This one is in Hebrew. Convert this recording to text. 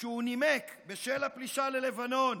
שהוא נימק, בשל הפלישה ללבנון.